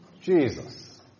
Jesus